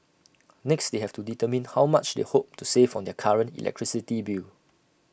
next they have to determine how much they hope to save on their current electricity bill